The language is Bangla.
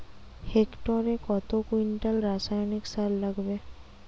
হেক্টরে কত কুইন্টাল রাসায়নিক সার লাগবে?